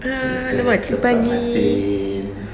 err lemak cili padi